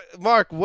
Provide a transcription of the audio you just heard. Mark